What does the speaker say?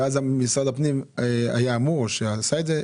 ואז משרד הפנים היה אמור או שעשה את זה,